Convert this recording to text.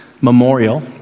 memorial